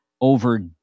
over